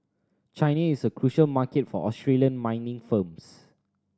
China is a crucial market for Australian mining firms